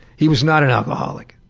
he was not an alcoholic.